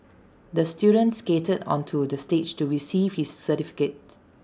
the student skated onto the stage to receive his certificate